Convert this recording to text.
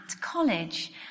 college